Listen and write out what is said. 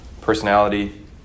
personality